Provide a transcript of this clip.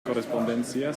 correspondencia